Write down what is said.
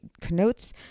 connotes